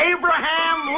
Abraham